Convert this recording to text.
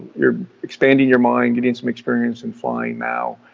you're expanding your mind, getting some experience in flying now.